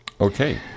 okay